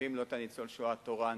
מביאים לו את ניצול השואה התורן.